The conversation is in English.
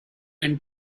and